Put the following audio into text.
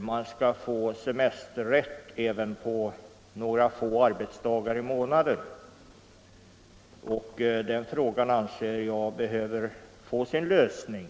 man skall få semesterrätt även på några få arbetsdagar i månaden. Den frågan anser jag behöver få sin lösning.